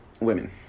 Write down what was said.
women